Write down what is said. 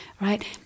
right